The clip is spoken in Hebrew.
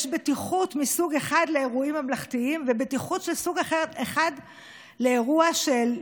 יש בטיחות מסוג אחד לאירועים ממלכתיים ובטיחות מסוג אחד לאירוע של,